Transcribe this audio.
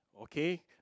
Okay